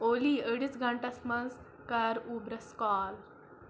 اولی أڑِس گنٹَس منٛز کَر اوبرَس کال